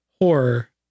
horror